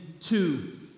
two